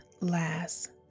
last